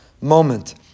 moment